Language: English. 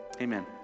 Amen